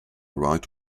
right